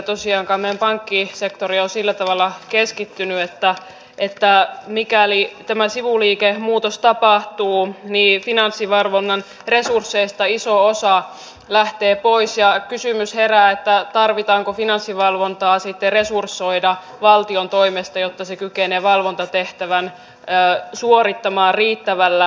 meidän pankkisektorimme on sillä tavalla keskittynyt että mikäli tämä sivuliikemuutos tapahtuu niin finanssivalvonnan resursseista iso osa lähtee pois ja herää kysymys tarvitseeko finanssivalvontaa sitten resursoida valtion toimesta jotta se kykenee valvontatehtävän suorittamaan riittävällä tavalla